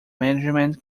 management